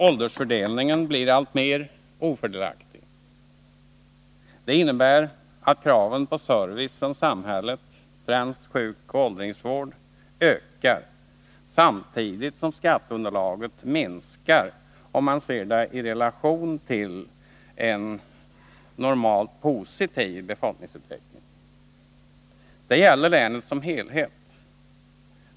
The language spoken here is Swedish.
Åldersfördelningen blir därmed alltmer ofördelaktig. Det innebär att kraven på service från samhället, främst sjukoch åldringsvård, ökar samtidigt som skatteunderlaget minskar, sett i relation till en positiv befolkningsutveckling. Detta gäller länet som helhet.